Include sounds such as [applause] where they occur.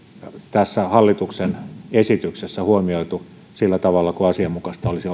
tässä hallituksen esityksessä huomioitu sillä tavalla kuin asianmukaista olisi [unintelligible]